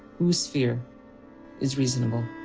whose fear is reasonable?